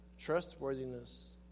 trustworthiness